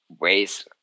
ways